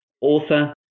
author